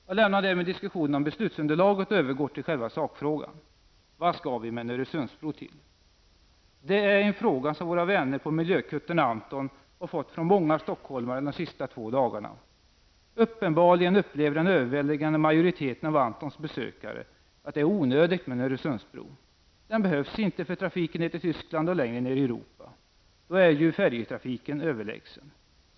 Jag lämnar därmed diskussionen om beslutsunderlaget och övergår till själva sakfrågan. Vad skall vi med en Öresundsbro till? Det är en fråga som våra vänner på miljökuttern Anton har fått från många stockholmare de sista två dagarna. Uppenbarligen upplever den överväldigande majoriteten av Antons besökare att det är onödigt med en Öresundsbro. Den behövs inte för trafiken ner till Tyskland och längre ner i Europa. Då är ju färjetrafiken överlägsen.